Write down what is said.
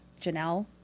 Janelle